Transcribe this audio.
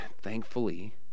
thankfully